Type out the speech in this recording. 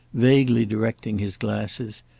vaguely directing his glasses,